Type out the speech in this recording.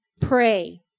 Pray